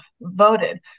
voted